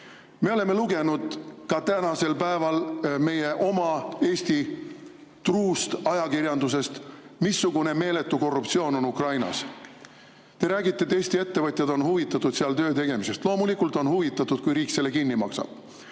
Me oleme lugenud ka tänasel päeval meie oma Eesti truust ajakirjandusest, missugune meeletu korruptsioon on Ukrainas. Te räägite, et Eesti ettevõtjad on huvitatud seal töö tegemisest – loomulikult on huvitatud, kui riik selle kinni maksab.